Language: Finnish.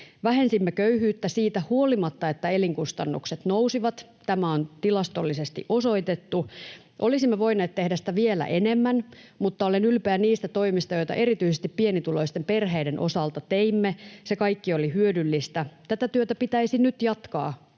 Vähensimme köyhyyttä siitä huolimatta, että elinkustannukset nousivat. Tämä on tilastollisesti osoitettu. Olisimme voineet tehdä sitä vielä enemmän, mutta olen ylpeä niistä toimista, joita erityisesti pienituloisten perheiden osalta teimme. Se kaikki oli hyödyllistä. Tätä työtä pitäisi nyt jatkaa,